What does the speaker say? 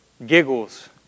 Giggles